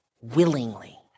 willingly